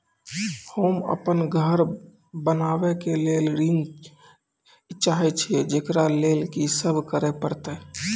होम अपन घर बनाबै के लेल ऋण चाहे छिये, जेकरा लेल कि सब करें परतै?